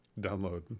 download